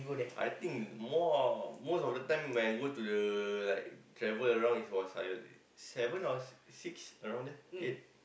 I think more most of the time when I go to the like travel around it was like seven or six around there eight